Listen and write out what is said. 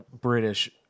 british